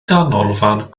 ganolfan